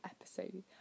episode